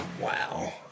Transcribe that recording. Wow